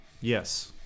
Yes